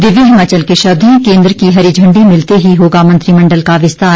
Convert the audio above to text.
दिव्य हिमाचल के शब्द हैं केंद्र की हरी झंडी मिलते ही होगा मंत्रिमंडल का विस्तार